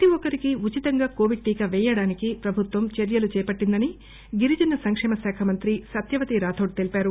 ప్రతి ఒక్కరికి ఉచితంగా కోవిడ్ టీకా వేయడానికి ప్రభుత్వం చర్యలు చేపట్టిందని గిరిజన సంకేమ శాఖ మంత్రి సత్యవతి రాథోడ్ తెలిపారు